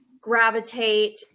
gravitate